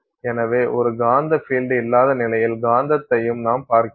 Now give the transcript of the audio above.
எனவே ஒரு காந்த பீல்டு இல்லாத நிலையில் காந்தத்தையும் நாம் பார்க்கிறோம்